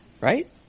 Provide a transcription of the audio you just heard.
right